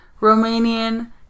Romanian